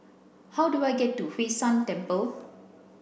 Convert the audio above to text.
how do I get to Hwee San Temple